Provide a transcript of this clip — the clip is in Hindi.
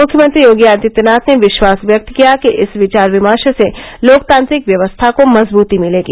मुख्यमंत्री योगी आदित्यनाथ ने विश्वास व्यक्त किया कि इस विचार विमर्श से लोकतांत्रिक व्यवस्था को मजबूती मिलेगी